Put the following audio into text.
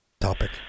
topic